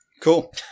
Cool